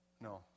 no